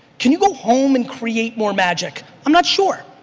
can you go home and create more magic? i'm not sure,